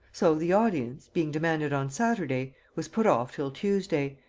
so the audience, being demanded on saturday, was put off till tuesday,